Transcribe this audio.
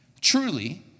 Truly